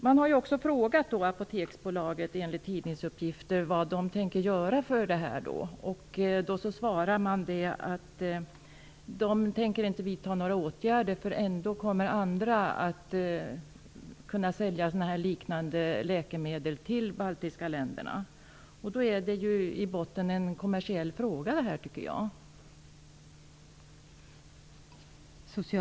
Enligt tidningsuppgifter har man frågat Apoteksbolaget av det tänker göra åt detta. Apoteksbolaget har svarat att det inte tänker vidta några åtgärder, eftersom andra bolag då kommer att kunna sälja liknande läkemedel till de baltiska länderna. Det är alltså i botten en kommersiell fråga.